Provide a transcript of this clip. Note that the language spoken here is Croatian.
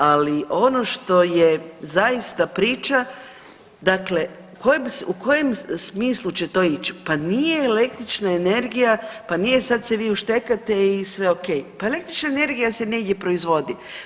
Ali ono što je zaista priča, dakle u kojem, u kojem smislu će to ići, pa nije električna energija, pa nije sad se vi uštekate i sve okej, pa električna energija se negdje proizvodi.